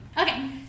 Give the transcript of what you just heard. Okay